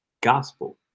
gospel